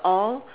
all